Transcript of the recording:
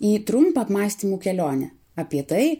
į trumpą apmąstymų kelionę apie tai